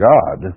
God